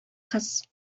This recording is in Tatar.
кыз